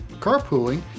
carpooling